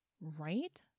Right